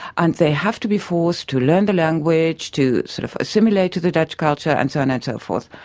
and they have to be forced to learn the language, to sort of assimilate to the dutch culture, and so on and so forth.